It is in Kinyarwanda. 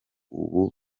ubu